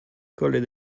kollet